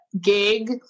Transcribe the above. gig